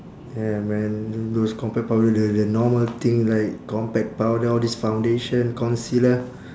yeah man those compact powder the the normal thing like compact powder all these foundation concealer